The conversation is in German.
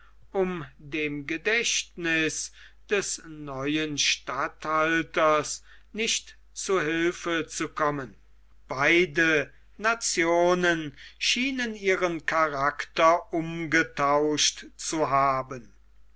um dem gedächtniß des neuen statthalters nicht zu hilfe zu kommen beide nationen schienen ihren charakter umgetauscht zu haben